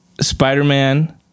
spider-man